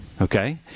okay